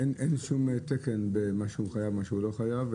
אין שום תקן במה שהוא חייב או לא חייב?